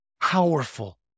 powerful